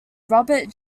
robert